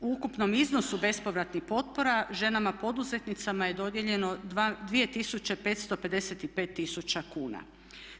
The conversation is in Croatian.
U ukupnom iznosu bespovratnih potpora ženama poduzetnicama je dodijeljeno 2555 tisuća kuna.